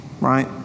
right